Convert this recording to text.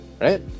right